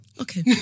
Okay